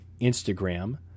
Instagram